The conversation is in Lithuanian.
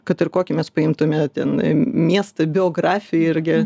kad ir kokį mes paimtume ten miesto biografiją irgi